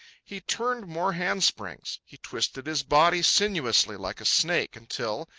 he turned more handsprings. he twisted his body sinuously, like a snake, until,